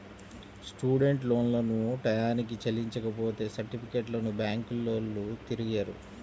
student లోన్లను టైయ్యానికి చెల్లించపోతే సర్టిఫికెట్లను బ్యాంకులోల్లు తిరిగియ్యరు